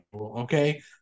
Okay